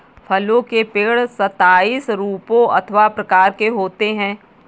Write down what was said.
फलों के पेड़ सताइस रूपों अथवा प्रकार के होते हैं